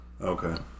Okay